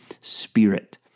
spirit